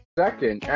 second